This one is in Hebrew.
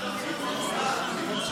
אינה נוכחת,